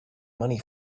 money